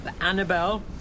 Annabelle